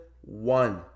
one